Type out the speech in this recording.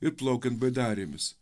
ir plaukiant baidarėmis